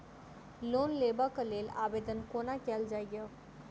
Loan लेबऽ कऽ लेल आवेदन कोना कैल जाइया?